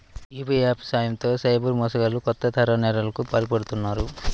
UPI apps సాయంతో cyber మోసగాళ్లు కొత్త తరహా నేరాలకు పాల్పడుతున్నారు